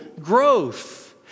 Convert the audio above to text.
growth